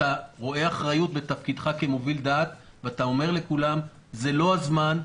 אתה רואה אחריות בתפקידך כמוביל דעת ואתה אומר לכולם: זה לא הזמן,